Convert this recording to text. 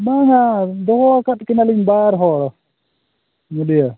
ᱵᱟᱝ ᱵᱟᱝ ᱫᱚᱦᱚ ᱟᱠᱟᱫ ᱠᱤᱱᱟᱞᱤᱧ ᱵᱟᱨ ᱦᱚᱲ ᱵᱩᱡᱷᱟᱹᱣ